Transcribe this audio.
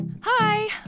Hi